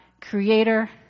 creator